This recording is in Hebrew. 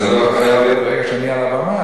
אז זה לא חייב להיות ברגע שאני על הבמה.